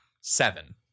Seven